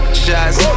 shots